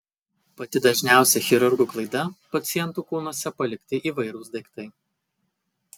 pati dažniausia chirurgų klaida pacientų kūnuose palikti įvairūs daiktai